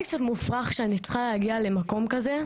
קצת מופרך שאני צריכה להגיע למקום כזה,